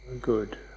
Good